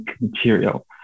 material